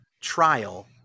trial